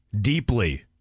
deeply